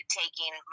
taking